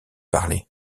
parlé